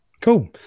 cool